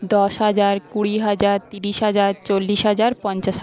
দশ হাজার কুড়ি হাজার তিরিশ হাজার চল্লিশ হাজার পঞ্চাশ হা